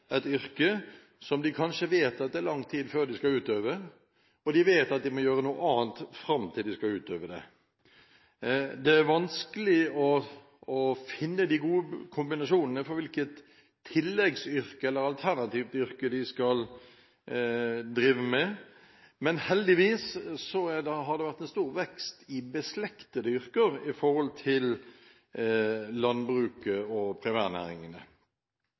et yrke som de vet det kanskje er lenge til de skal utøve. De vet at de må gjøre noe annet fram til de skal utøve det. Det er vanskelig å finne de gode kombinasjonene når det gjelder hvilket tilleggsyrke eller alternativt yrke de skal ha. Heldigvis har det vært en stor vekst i yrker beslektet med landbruket og primærnæringene.